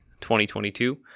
2022